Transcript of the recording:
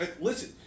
Listen